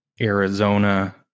Arizona